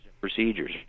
procedures